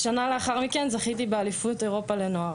שנה לאחר מכן זכיתי באליפות אירופה לנוער.